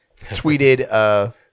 tweeted –